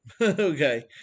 Okay